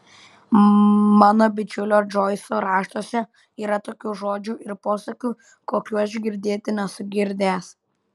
mano bičiulio džoiso raštuose yra tokių žodžių ir posakių kokių aš girdėti nesu girdėjęs